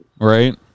Right